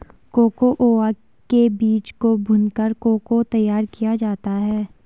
cocoa के बीज को भूनकर को को तैयार किया जाता है